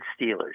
Steelers